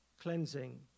cleansing